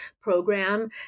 program